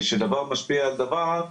שדבר משפיע על דבר,